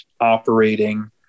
operating